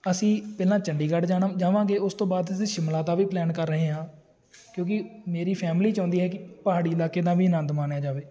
ਅਸੀਂ ਪਹਿਲਾਂ ਚੰਡੀਗੜ੍ਹ ਜਾਣਾ ਜਾਵਾਂਗੇ ਉਸ ਤੋਂ ਬਾਅਦ ਅਸੀਂ ਸ਼ਿਮਲਾ ਦਾ ਵੀ ਪਲੈਨ ਕਰ ਰਹੇ ਹਾਂ ਕਿਉਂਕਿ ਮੇਰੀ ਫੈਮਿਲੀ ਚਾਹੁੰਦੀ ਹੈ ਕਿ ਪਹਾੜੀ ਇਲਾਕੇ ਦਾ ਵੀ ਆਨੰਦ ਮਾਣਿਆ ਜਾਵੇ